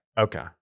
Okay